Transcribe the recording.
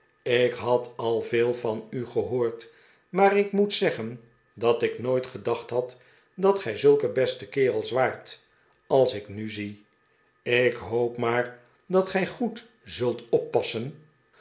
ik had al veel van u gehoord maar ik moet zeggen dat ik nooit gedacht had dat gij zulke beste kerels waart als ik nu zie ik hoop maar dat gij goed zult oppassen